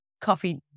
coffee